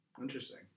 Interesting